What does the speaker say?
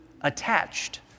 attached